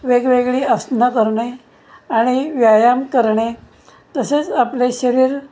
वेगवेगळी आसनं करणे आणि व्यायाम करणे तसेच आपले शरीर